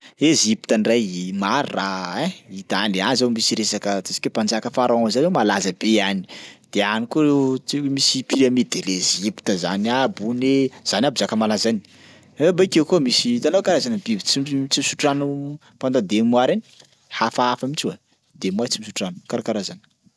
Ezipta ndray maro raha ein hita any. Any zao misy resaka ataontsika hoe mpanjaka Pharaon zay zao malaza be any de any koa ro ts- misy pyramide de l'Ã‰gypte zany aby hono e, any aby zaka malaza any. Abakeo koa misy hitanao karazana biby tsy mis- tsy misotro rano pendant deux mois reny, hafahafa mintsy hoa, deux mois tsy misotro rano karakaraha zany.